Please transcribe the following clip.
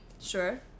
sure